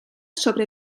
sobre